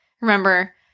Remember